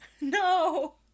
No